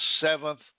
seventh